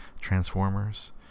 Transformers